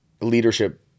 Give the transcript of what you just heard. leadership